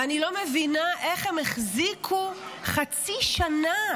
ואני לא מבינה איך הן החזיקו חצי שנה